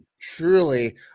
truly